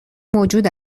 موجود